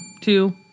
two